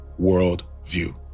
worldview